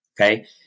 Okay